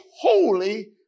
holy